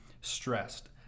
stressed